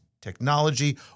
technology